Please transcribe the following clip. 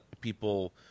people